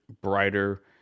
brighter